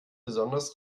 besonders